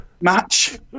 match